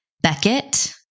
Beckett